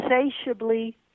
insatiably